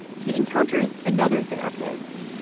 he encounters another therapist.